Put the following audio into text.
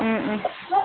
ꯎꯝ ꯎꯝ